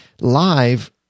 live